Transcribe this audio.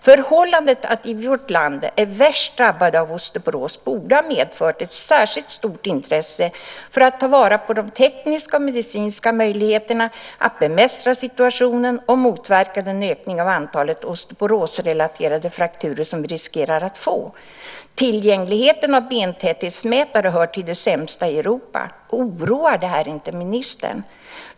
Förhållandet att vårt land är värst drabbat av osteoporos borde ha medfört ett särskilt stort intresse för att ta vara på de tekniska och medicinska möjligheterna att bemästra situationen och motverka den ökning av antalet osteoporosrelaterade frakturer som vi riskerar att få. Tillgängligheten av bentäthetsmätare hör till de sämsta i Europa. Oroar det här inte ministern?